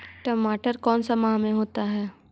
टमाटर कौन सा माह में होता है?